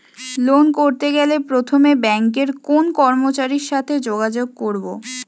Loan করতে গেলে প্রথমে ব্যাঙ্কের কোন কর্মচারীর সাথে যোগাযোগ করব?